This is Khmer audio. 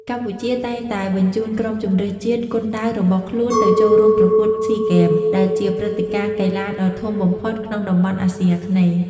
កម្ពុជាតែងតែបញ្ជូនក្រុមជម្រើសជាតិគុនដាវរបស់ខ្លួនទៅចូលរួមប្រកួតស៊ីហ្គេម ដែលជាព្រឹត្តិការណ៍កីឡាដ៏ធំបំផុតក្នុងតំបន់អាស៊ីអាគ្នេយ៍។